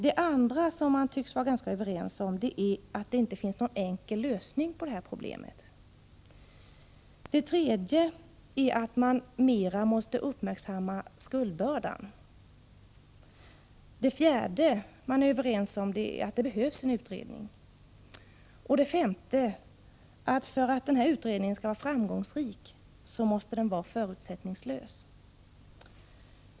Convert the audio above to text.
Det andra som man tycks vara ganska överens om är att det inte finns någon enkel lösning på problemet. Det tredje är att man mer måste uppmärksamma skuldbördan. Det fjärde som man är överens om är att det behövs en utredning. Och det femte är: För att utredningen skall vara framgångsrik måste den vara förutsättningslös.